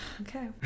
okay